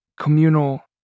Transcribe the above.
communal